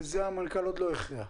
בנושא הזה המנכ"ל עוד לא הכריע.